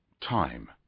Time